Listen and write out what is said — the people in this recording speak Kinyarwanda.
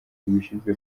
zibishinzwe